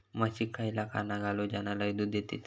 म्हशीक खयला खाणा घालू ज्याना लय दूध देतीत?